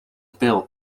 pil